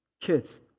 Kids